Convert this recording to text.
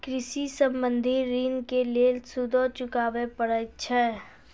कृषि संबंधी ॠण के लेल सूदो चुकावे पड़त छै?